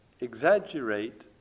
exaggerate